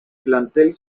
plantel